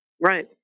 Right